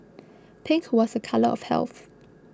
pink was a colour of health